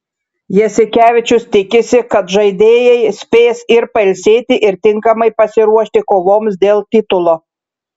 jasikevičius tikisi kad žaidėjai spės ir pailsėti ir tinkamai pasiruošti kovoms dėl titulo